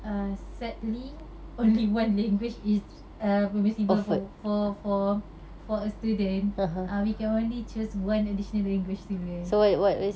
err sadly only one language is err permissible for for for a student err we can only choose one additional language to learn